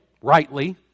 rightly